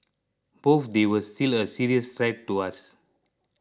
but they were still a serious threat to us